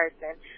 person